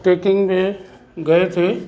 tracking में गए थिए